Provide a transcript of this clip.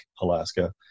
Alaska